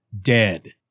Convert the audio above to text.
Dead